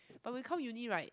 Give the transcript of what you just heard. but we come uni right